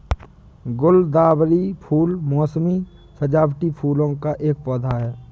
गुलदावरी फूल मोसमी सजावटी फूलों का एक पौधा है